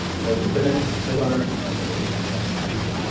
okay, to bin him you click on him and you hit the little trash can there.